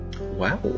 Wow